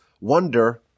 wonder